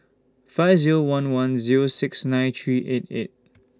five Zero one one Zero six nine three eight eight